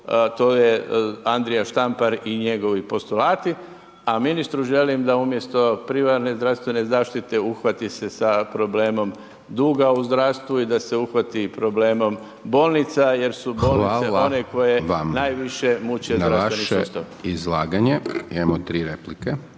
to je Andrija Štampar i njegovi postulati. A ministru želim da umjesto primarne zdravstvene zaštite uhvati se sa problemom duga u zdravstvu i da se uhvati problemom bolnica jer su bolnice one koje najviše muče zdravstveni sustav. **Hajdaš Dončić, Siniša